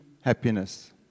happiness